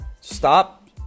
stop